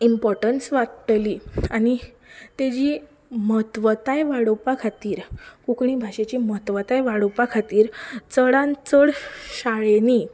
importance वाडटली आनी तेजी म्हत्वताय वाडोवपा खातीर कोंकणी भाशेची म्हत्वताय वाडोवपा खातीर चडांत चड शाळेंनी